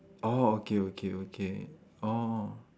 orh okay okay okay oh